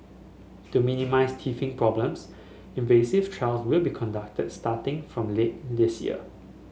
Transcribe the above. to minimise teething problems trials will be conducted starting from later this year